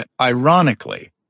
ironically